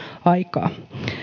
aikaa